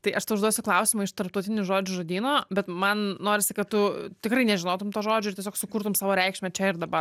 tai aš tau užduosiu klausimą iš tarptautinių žodžių žodyno bet man norisi kad tu tikrai nežinotum to žodžio ir tiesiog sukurtum savo reikšmę čia ir dabar